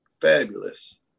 fabulous